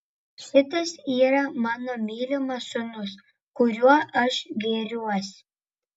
šitas yra mano mylimas sūnus kuriuo aš gėriuosi